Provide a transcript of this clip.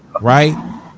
Right